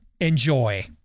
Enjoy